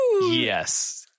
Yes